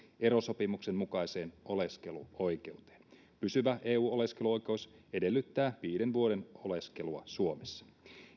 erosopimuksen mukaiseen oleskeluoikeuteen pysyvä eu oleskeluoikeus edellyttää viiden vuoden oleskelua suomessa